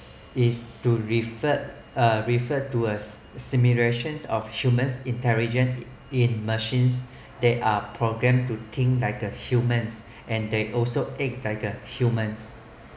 it's referred uh referred to us simulations of human intelligent in machines they are programmed to think like a humans and they also act like a humans